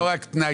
אבל לא כותבים את